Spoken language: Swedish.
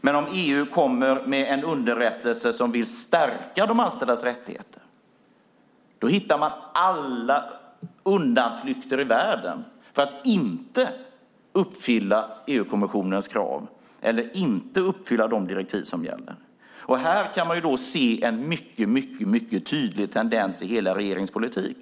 Men om EU kommer med en underrättelse som vill stärka de anställdas rättigheter hittar regeringen alla undanflykter i världen för att inte uppfylla EU-kommissionens krav eller de direktiv som gäller. Här kan man se en mycket tydlig tendens i regeringens hela politik.